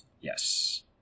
Yes